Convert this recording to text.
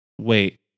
Wait